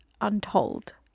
untold